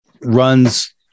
runs